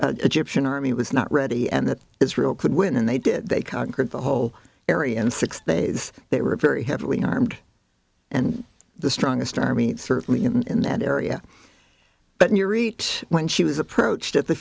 egyptian army was not ready and that israel could win and they did they conquered the whole area in six days they were very heavily armed and the strongest army certainly in that area but in your reach when she was approached at the